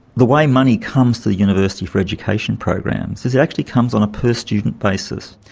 the way money comes to the university for education programs is it actually comes on a per student basis.